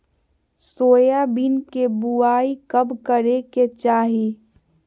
Soybean के बुआई कब करे के चाहि?